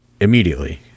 immediately